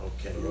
Okay